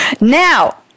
now